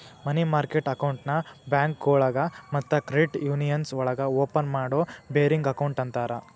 ಮನಿ market ಅಕೌಂಟ್ನ ಬ್ಯಾಂಕೋಳಗ ಮತ್ತ ಕ್ರೆಡಿಟ್ ಯೂನಿಯನ್ಸ್ ಒಳಗ ಓಪನ್ ಮಾಡೋ ಬೇರಿಂಗ್ ಅಕೌಂಟ್ ಅಂತರ